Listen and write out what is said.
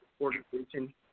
Organization